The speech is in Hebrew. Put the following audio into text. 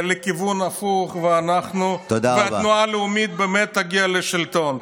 לכיוון ההפוך והתנועה הלאומית באמת תגיע לשלטון.